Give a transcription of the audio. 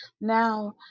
Now